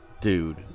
Dude